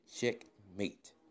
checkmate